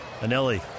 Anelli